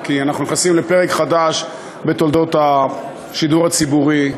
כי אנחנו נכנסים לפרק חדש בתולדות השידור הציבורי.